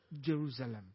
Jerusalem